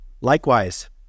Likewise